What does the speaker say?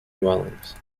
dwellings